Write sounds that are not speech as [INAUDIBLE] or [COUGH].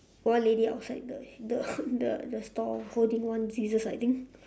one lady outside the the [LAUGHS] the the stall holding one scissors I think